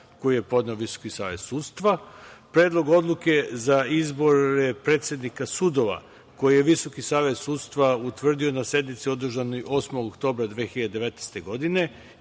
koji je podneo Visoki savet sudstva, Predlog odluke za izbor predsednika sudova, koji je Visoki savet sudstva utvrdio na sednici održanoj 8. oktobra 2019. godine